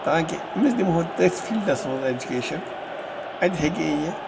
تَاکہِ أمِس دِمٕہَو تٔتھۍ فیٖلڈس منٛز ایٚجوکیشن اَتہِ ہیٚکہِ ہے یہِ